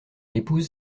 épouse